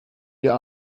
ihr